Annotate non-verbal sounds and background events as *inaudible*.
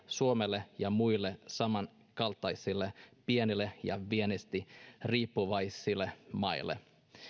suomelle ja muille samankaltaisille pienille ja *unintelligible* viennistä riippuvaisille maille